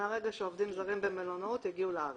מרגע שעובדים זרים במלונאות יגיעו לארץ.